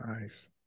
Nice